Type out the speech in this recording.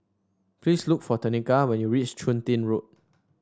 please look for Tenika when you reach Chun Tin Road